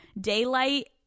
daylight